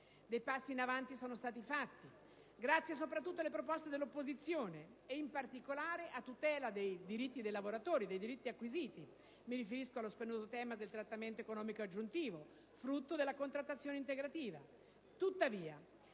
Dei passi in avanti sono stati fatti grazie soprattutto alle proposte dell'opposizione, in particolare a tutela dei diritti acquisiti dei lavoratori; mi riferisco allo spinoso tema del trattamento economico aggiuntivo, frutto della contrattazione integrativa.